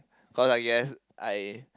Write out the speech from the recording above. or I guess I